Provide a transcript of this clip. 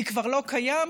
היא כבר לא קיימת,